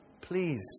Please